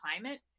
climate